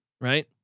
right